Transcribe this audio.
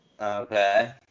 Okay